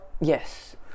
yes